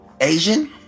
Asian